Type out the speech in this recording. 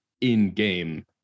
in-game